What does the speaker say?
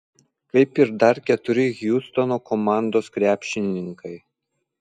kaip ir dar keturi hjustono komandos krepšininkai